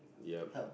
yup